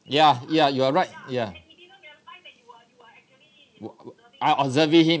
ya ya you are right ya I observing him